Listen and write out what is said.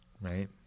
Right